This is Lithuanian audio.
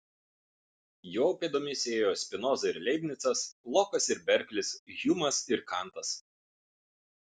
jo pėdomis ėjo spinoza ir leibnicas lokas ir berklis hjumas ir kantas